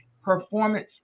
performance